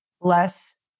less